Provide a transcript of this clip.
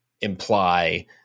imply